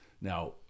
now